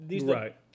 Right